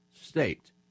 state